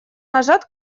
нажат